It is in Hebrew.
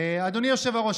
אדוני היושב בראש,